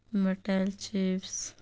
metal chips